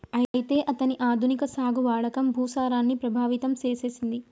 అయితే అతని ఆధునిక సాగు వాడకం భూసారాన్ని ప్రభావితం సేసెసింది